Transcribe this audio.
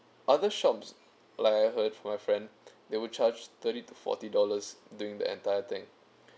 other shops like I heard from my friend they will charge thirty to forty dollars doing the entire thing